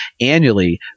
annually